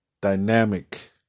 dynamic